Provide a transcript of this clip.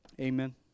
Amen